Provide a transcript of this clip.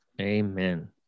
amen